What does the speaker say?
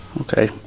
Okay